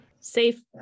safe